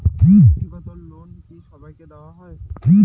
ব্যাক্তিগত লোন কি সবাইকে দেওয়া হয়?